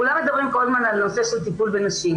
כולם מדברים כל הזמן על נושא של טיפול בנשים.